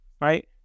right